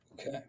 Okay